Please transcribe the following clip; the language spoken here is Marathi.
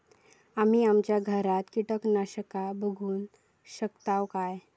आम्ही आमच्या घरात कीटकनाशका बनवू शकताव काय?